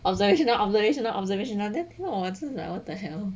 obversational obversational observational then 听到我真的 like what the hell